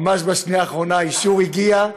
ממש בשנייה האחרונה האישור הגיע,